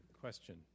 question